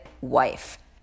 wife